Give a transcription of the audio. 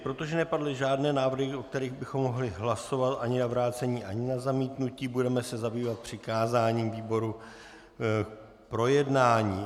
Protože nepadly žádné návrhy, o kterých bychom mohli hlasovat, ani na vrácení ani na zamítnutí, budeme se zabývat přikázáním výboru k projednání.